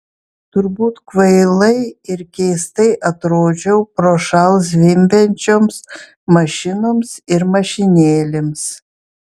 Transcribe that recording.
turbūt kvailai ir keistai atrodžiau prošal zvimbiančioms mašinoms ir mašinėlėms